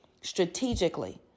strategically